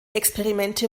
experimente